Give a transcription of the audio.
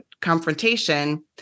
confrontation